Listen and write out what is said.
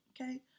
okay